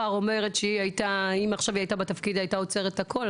אומרת שאם היא היתה עכשיו בתפקיד היא היתה עוצרת הכול,